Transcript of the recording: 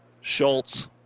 Schultz